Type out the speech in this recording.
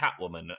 Catwoman